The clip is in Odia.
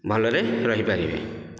ଭଲରେ ରହିପାରିବେ